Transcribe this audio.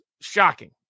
shocking